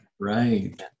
Right